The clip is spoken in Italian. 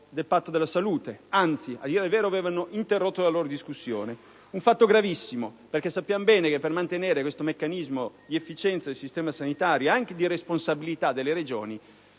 del Patto sulla salute. Anzi, a dire il vero avevano interrotto la loro discussione, un fatto gravissimo perché sappiamo bene che per mantenere questo meccanismo di efficienza del sistema sanitario ed anche di responsabilità delle Regioni,